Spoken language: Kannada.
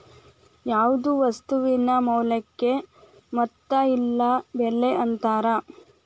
ಯಾವ್ದ್ ವಸ್ತುವಿನ ಮೌಲ್ಯಕ್ಕ ಮೊತ್ತ ಇಲ್ಲ ಬೆಲೆ ಅಂತಾರ